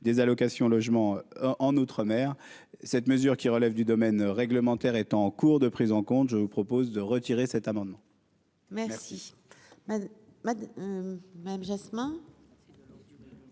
des allocations logement en outre-mer, cette mesure, qui relève du domaine réglementaire est en cours de prise en compte, je vous propose de retirer cet amendement. Merci ma ma mère.